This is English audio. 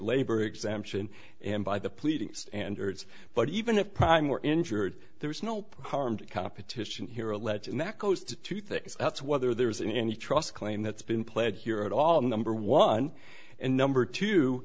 labor exemption and by the pleadings and birds but even if prime were injured there is no harm to competition here allege and that goes to two things that's whether there is any trust claim that's been pledged here at all number one and number two